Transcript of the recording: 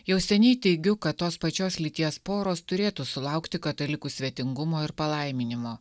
jau seniai teigiu kad tos pačios lyties poros turėtų sulaukti katalikų svetingumo ir palaiminimo